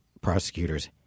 prosecutors